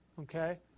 Okay